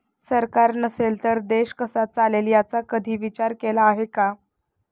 सरकार नसेल तर देश कसा चालेल याचा कधी विचार केला आहे का?